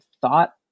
thought